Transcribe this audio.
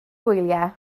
gwyliau